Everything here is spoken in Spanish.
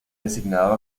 designado